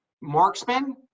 marksman